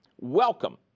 welcome